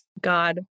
God